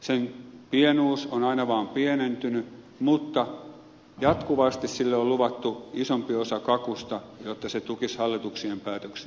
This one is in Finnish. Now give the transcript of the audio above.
sen osuus on aina vaan pienentynyt mutta jatkuvasti sille on luvattu isompi osa kakusta jotta se tukisi hallituksien päätöksiä